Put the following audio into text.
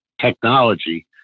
technology